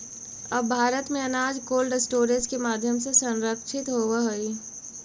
अब भारत में अनाज कोल्डस्टोरेज के माध्यम से संरक्षित होवऽ हइ